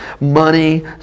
money